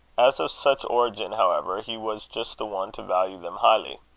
as of such origin, however, he was just the one to value them highly.